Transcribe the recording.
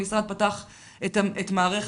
המשרד פתח את מערכת